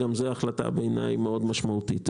בעיניי, גם זו החלטה מאוד משמעותי.